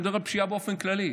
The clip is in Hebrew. אני מדבר על פשיעה באופן כללי.